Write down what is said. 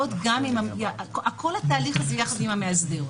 כל התהליך הזה יחד עם המאסדר,